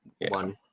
one